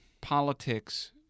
politics